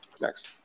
Next